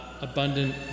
abundant